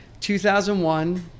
2001